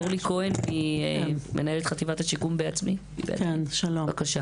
אורלי כהן, מנהלת חטיבת השיקום ב"בעצמי", בבקשה.